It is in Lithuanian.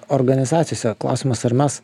organizacijose klausimas ar mes